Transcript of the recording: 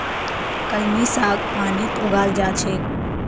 कलमी साग पानीत उगाल जा छेक